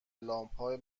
لامپهای